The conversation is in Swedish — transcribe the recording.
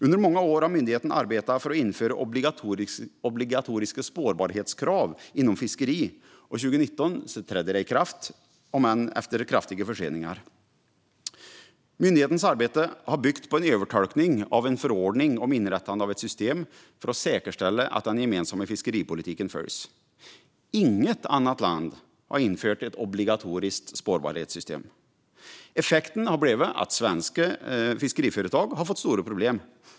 Under många år har myndigheten arbetat för att införa obligatoriska spårbarhetskrav inom fiskeri, och 2019 trädde det i kraft, om än efter kraftiga förseningar. Myndighetens arbete har byggt på en övertolkning av en förordning om inrättande av ett system för att säkerställa att den gemensamma fiskeripolitiken följs. Inget annat land har infört ett obligatoriskt spårbarhetssystem. Effekten har blivit att svenska fiskeriföretag har fått stora problem.